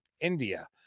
India